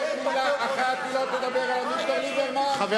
חבר